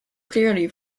clearly